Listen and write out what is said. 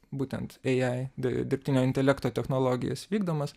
būtent ei ai dirbtinio intelekto technologijas vykdomas